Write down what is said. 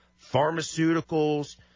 pharmaceuticals